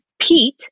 Pete